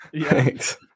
Thanks